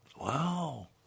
Wow